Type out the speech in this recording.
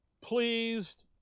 pleased